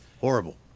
Horrible